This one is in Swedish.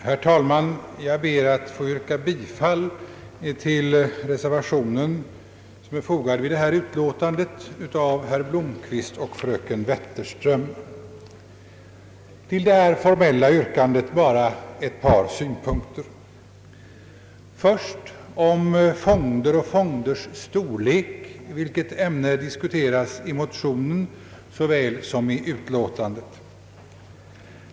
Herr talman! Jag ber att få yrka bifall till den reservation som är fogad till detta utlåtande och som avgivits av herr Blomquist och fröken Wetterström. Till detta formella yrkande bara ett par synpunkter. Den första synpunkten gäller fonder och fonders storlek, vilket ämne diskuterats i motionen såväl som i utlåtandet.